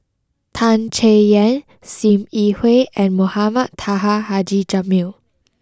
Tan Chay Yan Sim Yi Hui and Mohamed Taha Haji Jamil